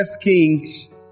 Kings